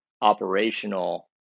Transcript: operational